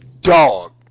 Dog